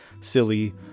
silly